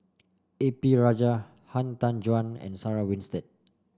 A P Rajah Han Tan Juan and Sarah Winstedt